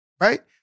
Right